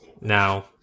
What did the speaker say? Now